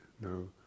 no